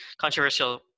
controversial